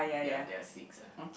ya they are six ah